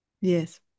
Yes